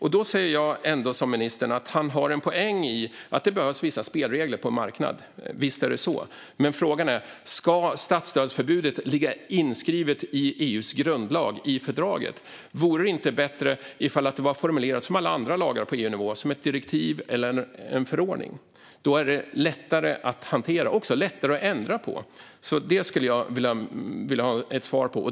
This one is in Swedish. Jag tycker att ministern har en poäng i att det behövs vissa spelregler på en marknad. Visst är det så. Men frågan är: Ska statsstödsförbudet ligga inskrivet i EU:s grundlag, i fördraget? Vore det inte bättre om det var formulerat som alla andra lagar på EU-nivå, alltså som ett direktiv eller en förordning? Då är det lättare att hantera och också lättare att ändra på. Det skulle jag vilja ha svar på.